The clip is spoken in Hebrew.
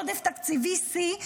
עודף תקציבי שיא,